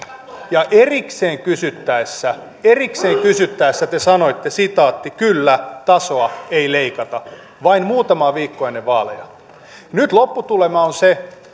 ja erikseen kysyttäessä erikseen kysyttäessä te sanoitte kyllä tasoa ei leikata vain muutamaa viikkoa ennen vaaleja nyt lopputulema on se